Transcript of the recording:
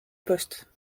poste